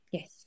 Yes